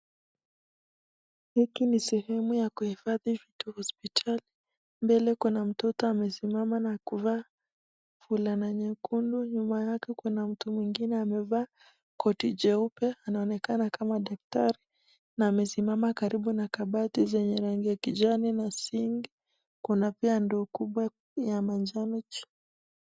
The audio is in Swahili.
Hiki ni sehemu ya kuhifadhi vitu hospitali. Mbele kuna mtoto amesimama na kuvaa fulana nyekundu nyuma yake kuna mtu mwingine amevaa koti jeupe anaonekana kama daktari na amesimama karibu na kabati zenye rangi ya kijani na sinki kuna pia ndo kubwa ya manjano chini.